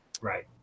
Right